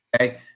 Okay